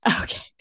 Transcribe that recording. okay